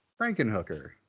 Frankenhooker